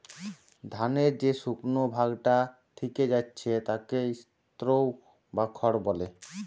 ধানের যে শুকনো ভাগটা থিকে যাচ্ছে তাকে স্ত্রও বা খড় বলে